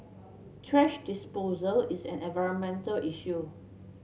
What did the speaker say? thrash disposal is an environmental issue